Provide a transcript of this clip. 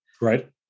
Right